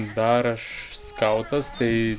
dar aš skautas tai